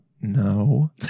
no